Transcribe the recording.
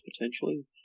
potentially